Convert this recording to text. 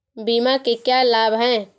बीमा के क्या लाभ हैं?